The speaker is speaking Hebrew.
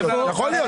לא יודע.